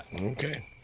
Okay